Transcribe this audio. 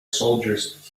soldiers